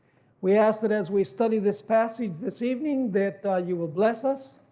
we ask that as we study this passage this evening that you will bless us,